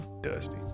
Dusty